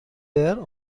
were